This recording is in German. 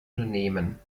unternehmen